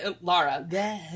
Lara